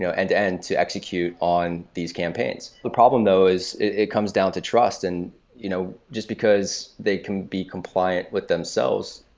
and and to execute on these campaigns. the problem though is it comes down to trust, and you know just because they can be compliant with themselves,